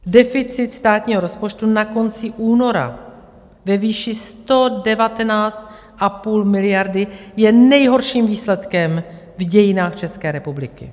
Deficit státního rozpočtu na konci února ve výši 119,5 miliardy je nejhorším výsledkem v dějinách České republiky.